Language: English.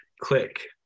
click